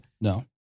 No